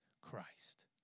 Christ